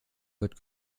wird